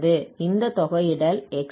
இந்த தொகையிடல் x1x2dx ஆகும்